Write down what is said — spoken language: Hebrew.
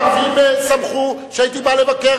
הערבים שמחו שהייתי בא לבקר,